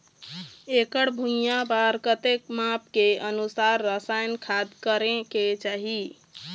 एकड़ भुइयां बार कतेक माप के अनुसार रसायन खाद करें के चाही?